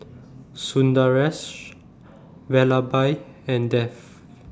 Sundaresh Vallabhbhai and Dev